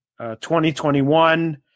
2021